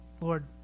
Lord